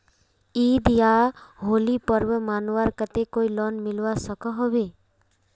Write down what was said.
ईद या होली पर्व मनवार केते कोई लोन मिलवा सकोहो होबे?